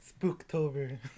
Spooktober